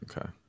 okay